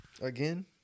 Again